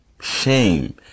Shame